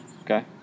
Okay